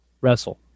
Wrestle